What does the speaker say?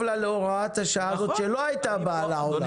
לה להוראת השעה הזאת שלא הייתה באה לעולם.